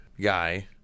guy